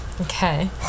Okay